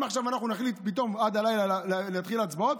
אם עכשיו אנחנו נחליט פתאום עד הלילה להתחיל הצבעות,